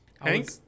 Hank